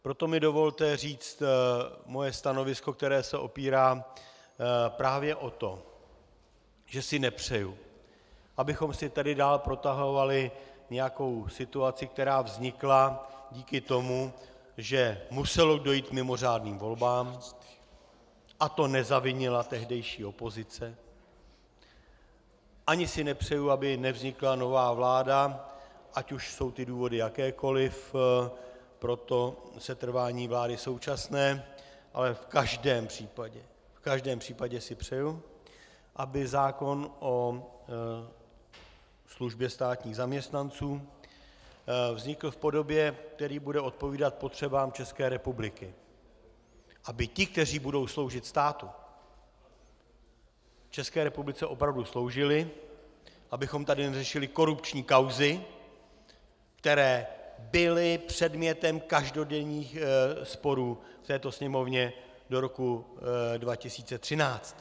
Proto mi dovolte říci svoje stanovisko, které se opírá právě o to, že si nepřeju, abychom si tady dál protahovali nějakou situaci, která vznikla díky tomu, že muselo dojít k mimořádným volbám, a to nezavinila tehdejší opozice, ani si nepřeju, aby nevznikla nová vláda, ať už jsou důvody jakékoliv pro setrvání vlády současné, ale v každém případě si přeju, aby zákon o službě státních zaměstnanců vznikl v podobě, která bude odpovídat potřebám České republiky, aby ti, kteří budou sloužit státu, České republice opravdu sloužili, abychom tady neřešili korupční kauzy, které byly předmětem každodenních sporů v této Sněmovně do roku 2013.